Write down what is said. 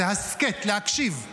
זה הַסכת, להקשיב.